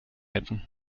hätte